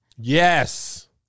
yes